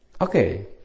Okay